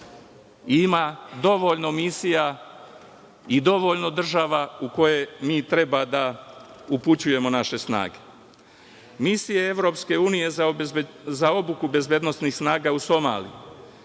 ima dovoljno misija i dovoljno država u koje mi treba da upućujemo naše snage. Misije EU za obuku bezbednosnih snaga u Somaliji,